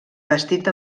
bastit